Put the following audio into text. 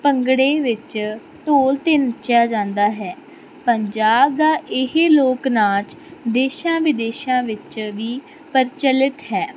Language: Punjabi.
ਭੰਗੜੇ ਵਿੱਚ ਢੋਲ 'ਤੇ ਨੱਚਿਆ ਜਾਂਦਾ ਹੈ ਪੰਜਾਬ ਦਾ ਇਹ ਲੋਕ ਨਾਚ ਦੇਸ਼ਾਂ ਵਿਦੇਸ਼ਾਂ ਵਿੱਚ ਵੀ ਪ੍ਰਚਲਿਤ ਹੈ